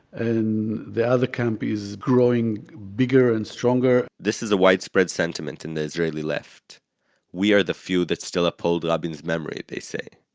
and the other camp is growing bigger and stronger this is a widespread sentiment in the israeli left we are the few that still uphold rabin's memory, they say.